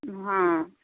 ହଁ